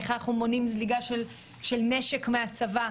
איך אנחנו מונעים זליגה של נשק מהצבא.